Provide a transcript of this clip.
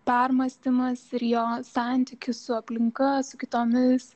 permąstymas ir jo santykis su aplinka su kitomis